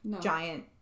giant